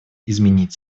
изменить